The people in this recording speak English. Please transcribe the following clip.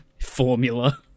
formula